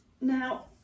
now